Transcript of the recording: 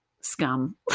scum